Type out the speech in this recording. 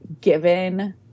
given